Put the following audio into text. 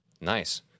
Nice